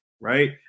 right